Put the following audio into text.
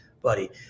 buddy